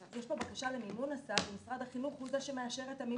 יש כאן בקשה למימון הסעה ומשרד החינוך הוא זה שמאשר את המימון.